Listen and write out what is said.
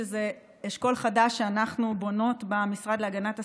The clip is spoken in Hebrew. שזה אשכול חדש שאנחנו בונות במשרד להגנת הסביבה,